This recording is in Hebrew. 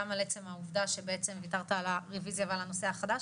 גם על עצם העובדה שוויתרת על הרוויזיה ועל הנושא החדש,